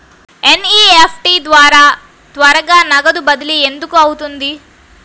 NEFT ద్వారా త్వరగా నగదు బదిలీ ఎందుకు అవుతుంది?